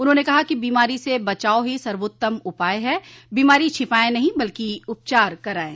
उन्होंने कहा कि बीमारी से बचाव ही सर्वोत्तम उपाय है बीमारी छिपाये नहीं बल्कि उपचार कराये